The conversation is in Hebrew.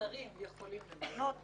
שהשרים יכולים למנות,